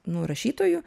nu rašytoju